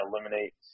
eliminate